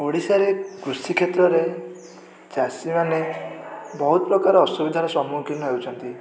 ଓଡ଼ିଶାରେ କୃଷିକ୍ଷେତ୍ରରେ ଚାଷୀମାନେ ବହୁତ ପ୍ରକାର ଅସୁବିଧାର ସମ୍ମୁଖୀନ ହେଉଛନ୍ତି